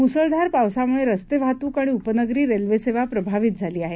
मुसळधार पावसामुळं रस्ते वाहतूक आणि उपनगरी रेल्वे सेवा प्रभावित झाली आहे